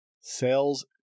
Sales